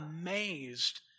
amazed